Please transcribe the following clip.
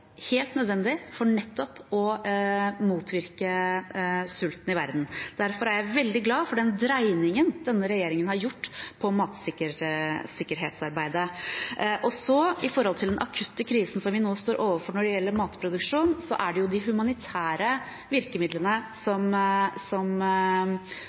helt nødvendig for nettopp å motvirke sulten i verden. Derfor er jeg veldig glad for den dreiningen denne regjeringen har gjort på matsikkerhetsarbeidet. Når det gjelder den akutte krisen som vi nå står overfor når det gjelder matproduksjon, er det de humanitære virkemidlene